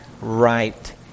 right